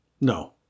no